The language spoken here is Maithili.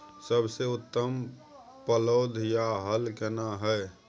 सबसे उत्तम पलौघ या हल केना हय?